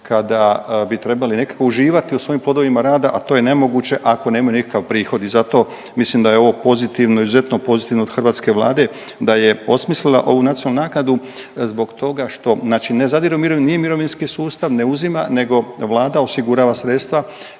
kada bi trebali nekako uživati u svojim plodovima rada, a to je nemoguće ako nemaju nikakav prihod i zato mislim da je ovo pozitivno, izuzetno pozitivno od hrvatske Vlade da je osmislila ovu nacionalnu naknadu zbog toga što, znači ne zadire u .../nerazumljivo/..., nije mirovinski sustav, ne uzima nego Vlada osigurava sredstva